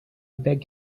beg